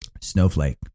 Snowflake